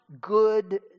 good